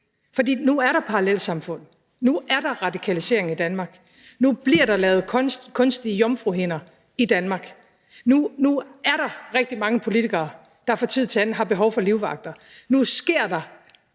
fordi nu er der parallelsamfund. Nu er der radikalisering i Danmark. Nu bliver der lavet kunstige jomfruhinder i Danmark. Nu er der rigtig mange politikere, der fra tid til anden har behov for livvagter. Nu sker der